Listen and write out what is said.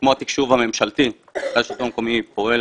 כמו התקשוב הממשלתי מרכז השלטון המקומי פועל